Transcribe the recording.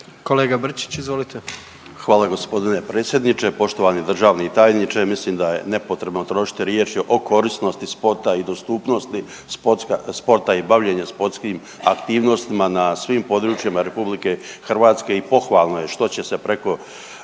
**Brčić, Luka (HDZ)** Hvala gospodine predsjedniče. Poštovani državni tajniče, mislim da je nepotrebno trošiti riječi o korisnosti sporta i dostupnosti sporta i bavljenja sportskim aktivnostima na svim područjima RH i pohvalno je što će se preko